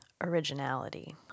originality